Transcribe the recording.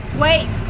Wait